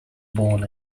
born